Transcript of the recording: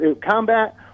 Combat